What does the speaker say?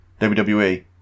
WWE